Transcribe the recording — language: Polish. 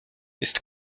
jest